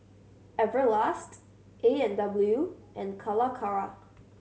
Everlast A and W and Calacara